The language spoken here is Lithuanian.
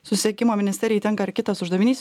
susisiekimo ministerijai tenka ir kitas uždavinys